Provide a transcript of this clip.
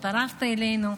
הצטרפת אלינו,